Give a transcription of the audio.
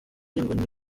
w’inshuti